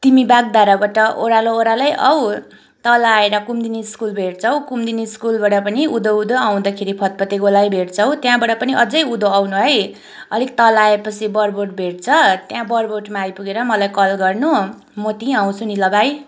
तिमी बाग्धाराबाट ओरालो ओरालै आऊ तल आएर कुमुदिनी स्कुल भेट्छौ कुमुदिनी स्कुलबाट पनि उँधो उँधो आउँदाखेरि फतफते गोलाइ भेट्छौ त्यहाँबाट पनि अझै उँधो आउनु है अलिक तल आएपछि बरबोट भेट्छ त्यहाँ बरबोटमा आइपुगेर मलाई कल गर्नु म त्यहीँ आउँछु नि ल भाइ